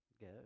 go